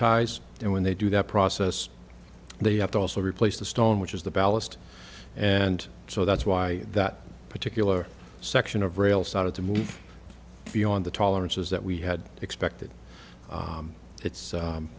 ties and when they do that process they have to also replace the stone which is the ballast and so that's why that particular section of rail started to move beyond the tolerances that we had expected it's